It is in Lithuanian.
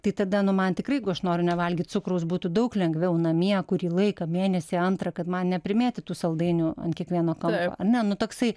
tai tada nu man tikrai jeigu aš noriu nevalgyt cukraus būtų daug lengviau namie kurį laiką mėnesį antrą kad man neprimėtytų saldainių ant kiekvieno kampo ar ne nu toksai